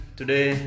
today